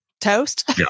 Toast